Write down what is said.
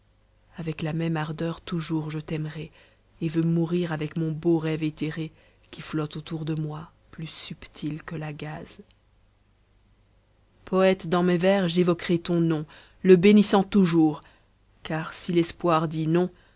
avec la même ardeur toujours je t'aimerai et veux mourir avec mon beau rêve éthéré qui flotte autour de toi plus subtil que la gaze poète dans mes vers j'évoquerai ton nom le bénissant toujours car si l'espoir dit non